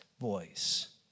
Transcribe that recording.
voice